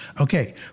Okay